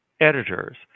editors